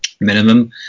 minimum